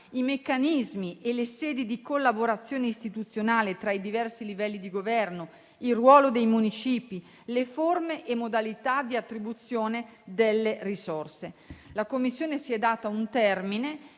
i meccanismi e le sedi di collaborazione istituzionale tra i diversi livelli di governo, il ruolo dei municipi, le forme e le modalità di attribuzione delle risorse. La commissione si è data un termine;